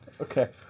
Okay